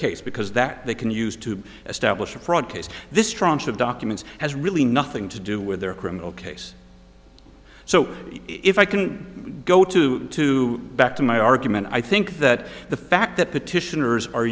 case because that they can use to establish a fraud case this tranche of documents has really nothing to do with their criminal case so if i can go to to back to my argument i think that the fact that petitioners are